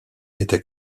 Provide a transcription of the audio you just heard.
était